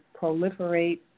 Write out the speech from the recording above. proliferate